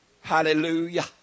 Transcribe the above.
Hallelujah